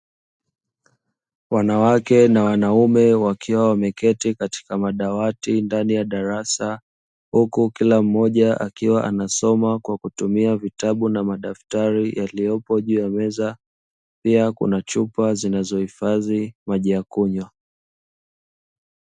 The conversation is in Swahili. Wanawake na wanaume wakiwa wameketi katika madawati ndani ya darasa, huku kila mmoja akiwa anasoma kwa kutumia vitabu na madaftari yaliyopo juu ya meza, pia Kuna chupa zinazo hifadhi maji ya kunywa.